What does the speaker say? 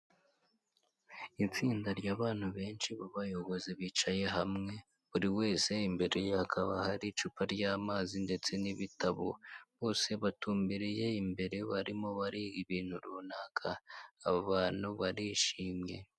Itsinda ry'abantu benshi b'abayobozi bicaye hamwe buri wese imbereye kaba hari icupa ry'amazi ndetse n'ibitabo bose batumbiriye imbere barimo bariga ibintu runaka abantu barishimye.